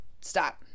Stop